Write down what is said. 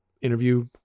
interview